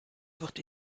wird